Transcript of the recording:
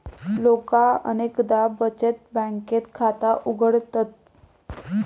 लोका अनेकदा बचत बँकेत खाता उघडतत